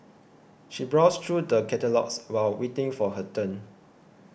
she browsed through the catalogues while waiting for her turn